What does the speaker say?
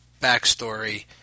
backstory